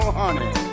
honey